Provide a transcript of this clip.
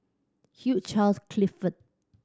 Hugh Charles Clifford